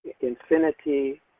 infinity